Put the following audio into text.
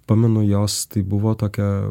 pamenu jos tai buvo tokia